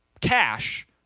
cash